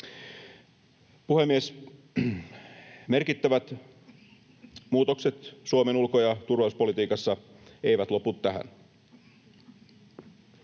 Puhemies! Merkittävät muutokset Suomen ulko- ja turvallisuuspolitiikassa eivät lopu tähän.